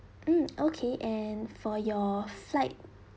mm okay and for your flight